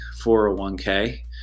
401k